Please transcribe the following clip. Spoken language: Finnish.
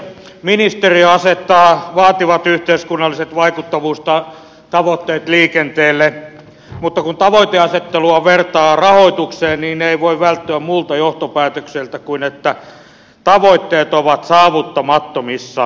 ministeriö asettaa vaativat yhteiskunnalliset vaikuttavuustavoitteet liikenteelle mutta kun tavoiteasettelua vertaa rahoitukseen niin ei voi välttyä muulta johtopäätökseltä kuin että tavoitteet ovat saavuttamattomissa